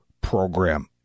program